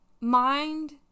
mind